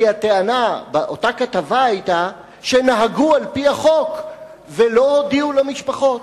כי הטענה באותה כתבה היתה שנהגו על-פי החוק ולא הודיעו למשפחות.